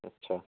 ଆଚ୍ଛା